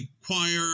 require